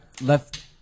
left